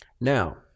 now